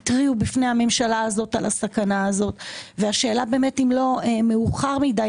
התתריעו בפני הממשלה הזו על הסכנה הזו והשאלה אם לא מאוחר מדי